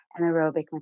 Anaerobic